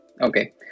Okay